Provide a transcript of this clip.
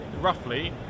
roughly